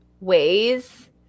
ways